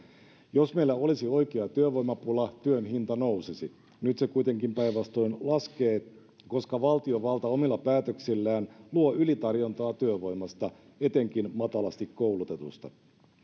jos meillä olisi oikea työvoimapula työn hinta nousisi nyt se kuitenkin päinvastoin laskee koska valtiovalta omilla päätöksillään luo ylitarjontaa työvoimasta etenkin matalasti koulutetusta